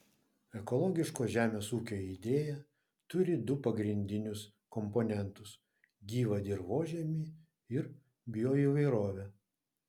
ekologiško žemės ūkio idėja turi du pagrindinius komponentus gyvą dirvožemį ir bioįvairovę